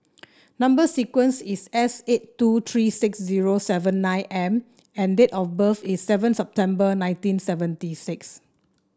number sequence is S eight two three six zero seven nine M and date of birth is seven September nineteen seventy six